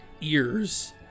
ears